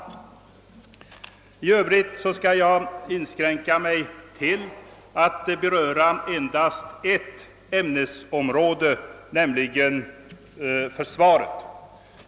I övrigt skall jag inskränka mig till att beröra endast ett ämnesområde, nämligen försvaret.